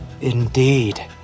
Indeed